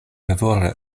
favore